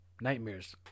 nightmares